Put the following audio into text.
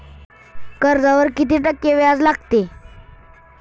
कर्जावर किती टक्के व्याज लागते?